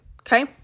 okay